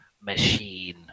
machine